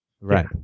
Right